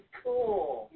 cool